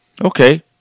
Okay